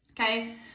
Okay